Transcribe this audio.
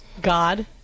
God